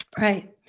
Right